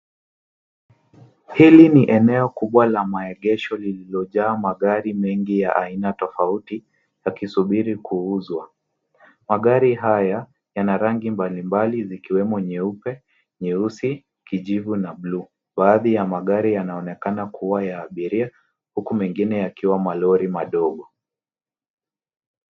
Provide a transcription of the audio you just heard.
Hili ni eneo kubwa la maegesho lililojaa magari mengi ya aina tofauti yakisubiri kuuzwa. Magari haya yana rangi mbalimbali zikiwemo nyeupe, nyeusi, kijivu na blue .Baadhi ya magari yanaonekana kuwa ya abiria huku mengine yakiwa malori madogo.